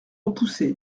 repoussé